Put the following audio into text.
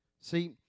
See